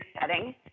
setting